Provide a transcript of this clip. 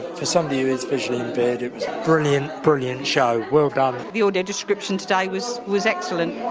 for somebody who is visually impaired it was brilliant, brilliant show, well done. the audio description today was was excellent.